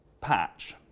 patch